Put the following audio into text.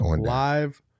live